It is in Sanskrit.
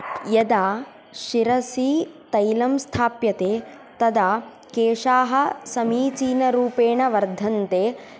यदा शिरसि तैलं स्थाप्यते तदा केशाः समिचीनरूपेण वर्धन्ते